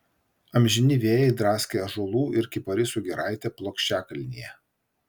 amžini vėjai draskė ąžuolų ir kiparisų giraitę plokščiakalnyje